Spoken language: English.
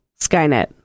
skynet